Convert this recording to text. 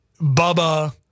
Bubba